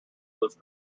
those